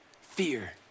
Fear